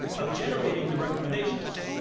of generating the recommendations,